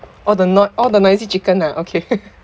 all the noi~ all the noisy chicken ah okay